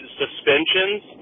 suspensions